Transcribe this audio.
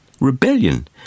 Rebellion